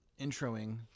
introing